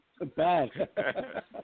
bad